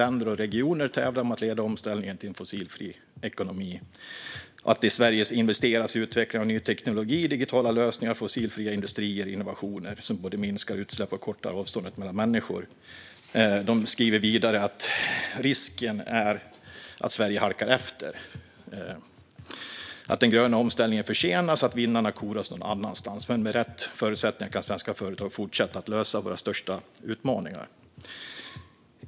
Länder och regioner tävlar om att leda omställningen till en fossilfri ekonomi. I Sverige investeras i utvecklingen av ny teknologi, digitala lösningar, fossilfria industrier och innovationer som både minskar utsläpp och kortar avståndet mellan människor." Man skriver vidare: "Risken är annars att Sverige halkar efter. Att den gröna omställningen försenas och att vinnarna koras någon annan stans. Med rätt förutsättningar kan svenska företag fortsätta att lösa våra största utmaningar."